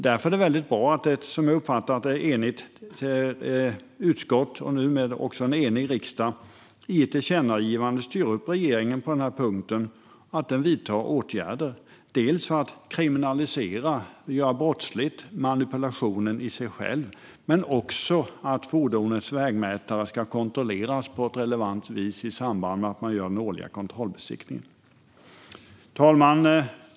Därför är det bra att ett enigt utskott, och numera också en enig riksdag, i tillkännagivandet styr upp regeringen och uppmanar till att vidta åtgärder, dels för att kriminalisera manipulationen, dels för att fordonets vägmätare ska kontrolleras på ett relevant sätt i samband med den årliga kontrollbesiktningen. Fru talman!